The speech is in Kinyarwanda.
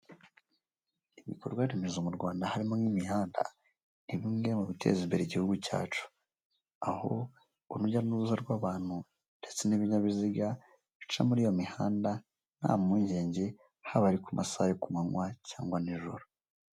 Ibikorwaremezo mu Rwanda harimo nk'imihanda ni bimwe mu biteza imbere igihugu cyacu, aho urujya n'uruza rw'abantu ndetse n'ibinyabiziga bica muri iyo mihanda nta mpungenge, haba ari ku masaha yo ku manywa cyangwa nijoro.